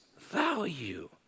value